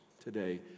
today